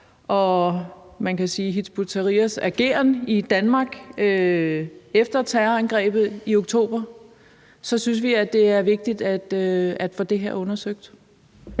og Hizb ut-Tahrirs ageren i Danmark efter terrorangrebet i oktober synes vi, det er vigtigt at få det her undersøgt.